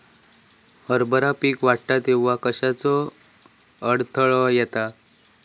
हरभरा पीक वाढता तेव्हा कश्याचो अडथलो येता?